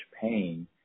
pain